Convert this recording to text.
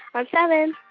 i'm seven